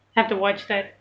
have to watch that